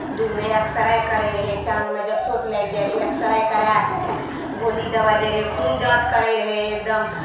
दूरमे एक्सरे करैत रहै टाङ्गमे जब चोट लागि जाइत रहै एक्सरे कराय कऽ गोली दबाइ दैत रहै खून जाँच करैत रहै एकदम